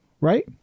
right